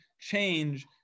change